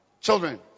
children